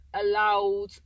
allowed